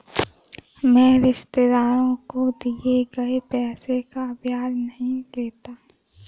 मैं रिश्तेदारों को दिए गए पैसे का ब्याज नहीं लेता